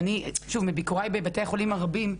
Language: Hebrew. מביקוריי הרבים בבתי חולים,